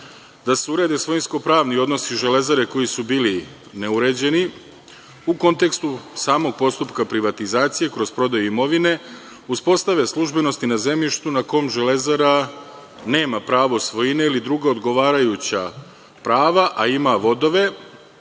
da se urede svojinsko pravni odnosi Železare koji su bili neuređeni, u kontekstu samog postupka privatizacije kroz prodaju imovine, uspostave službenosti na zemljištu na kome Železara nema pravo svojine, ili druga odgovarajuća prava, a ima vodove,